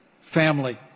family